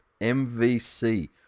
MVC